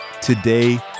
today